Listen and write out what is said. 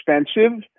expensive